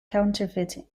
counterfeiting